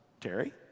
Terry